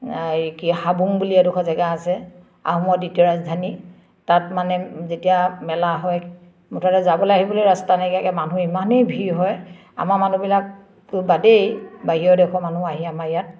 এই কি হাবুং বুলি এডোখৰ জেগা আছে আহোমৰ দ্বিতীয় ৰাজধানী তাত মানে যেতিয়া মেলা হয় মুঠতে যাবলৈ আহিবলৈ ৰাস্তা নাইকীয়াকৈ মানুহ ইমানেই ভিৰ হয় আমাৰ মানুহবিলাকতো বাদেই বাহিৰৰ দেশৰ মানুহ আহি আমাৰ ইয়াত